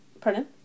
Pardon